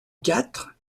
quatre